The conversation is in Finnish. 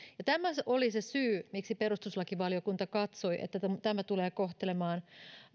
ja tämä oli se syy miksi perustuslakivaliokunta katsoi että tämä tulee kohtelemaan